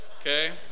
Okay